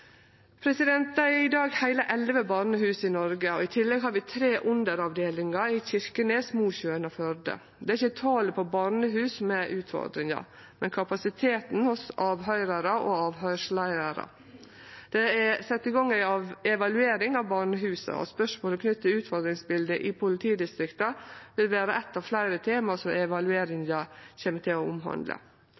i dag heile elleve barnehus i Noreg, og i tillegg har vi tre underavdelingar, i Kirkenes, Mosjøen og Førde. Det er ikkje talet på barnehus som er utfordringa, men kapasiteten hos avhøyrarar og avhøyrsleiarar. Det er sett i gang ei evaluering av barnehusa, og spørsmålet knytt til utfordringsbiletet i politidistrikta vil vere eitt av fleire tema som evalueringa kjem til å omhandle.